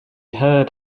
heard